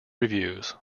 reviews